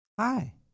Hi